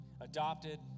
adopted